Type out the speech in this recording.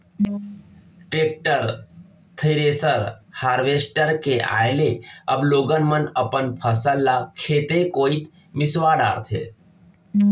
tractor, thresher, harvester के आए ले अब लोगन मन अपन फसल ल खेते कोइत मिंसवा डारथें